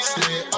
Stay